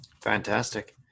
Fantastic